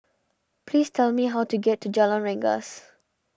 please tell me how to get to Jalan Rengas